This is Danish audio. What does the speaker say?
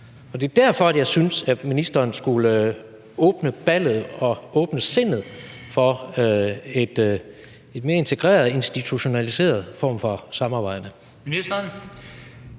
Det er derfor, jeg synes, at ministeren skulle åbne ballet og åbne sindet for en mere integreret, institutionaliseret form for samarbejde.